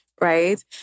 right